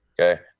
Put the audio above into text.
okay